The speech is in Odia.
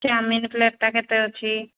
ଚାଓମିିନ୍ ପ୍ଲେଟ୍ଟା କେତେ ଅଛି